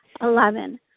Eleven